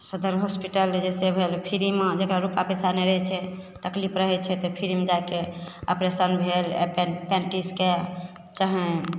सदर हॉस्पिटल जइसे भेल फ्रीमे जकरा रुपा पइसा नहि रहै छै तकलीफ रहै छै तऽ फ्रीमे जाके ऑपरेशन भेल अपेन पेन्टिसके चाहे